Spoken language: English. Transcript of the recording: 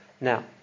Now